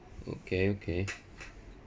okay okay